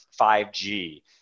5G